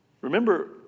Remember